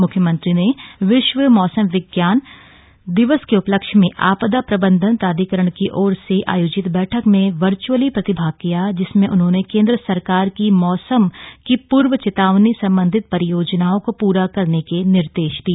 म्ख्यमंत्री ने विश्व मौसम विज्ञान दिवस के उपलक्ष्य में आपदा प्रबंधन प्राधिकरण की ओर से आयोजित बैठक में वर्चअली प्रतिभाग किया जिसमें उन्होंने केंद्र सरकार की मौसम की पूर्व चेतावनी सम्बन्धित परियोजनाओं को पूरा करने के निर्देश दिए